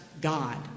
God